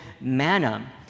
manna